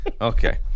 Okay